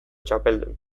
txapeldun